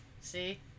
See